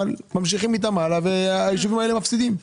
אבל ממשיכים איתם הלאה והיישובים האלה מפסידים.